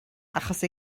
achos